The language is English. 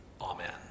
Amen